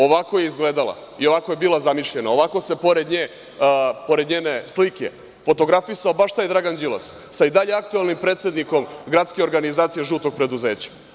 Ovako je izgledala i ovako je bila zamišljena i ovako se pored njene slike fotografisao baš taj Dragan Đilas sa i dalje aktuelnim predsednikom gradske organizacije žutog preduzeća.